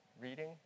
Reading